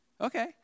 okay